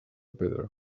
pedra